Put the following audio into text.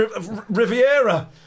Riviera